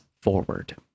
forward